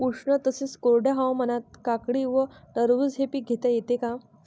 उष्ण तसेच कोरड्या हवामानात काकडी व टरबूज हे पीक घेता येते का?